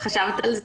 חשבת על זה?